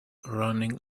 running